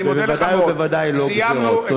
ובוודאי ובוודאי לא גזירות.